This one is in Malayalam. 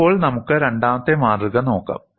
ഇപ്പോൾ നമുക്ക് രണ്ടാമത്തെ മാതൃക നോക്കാം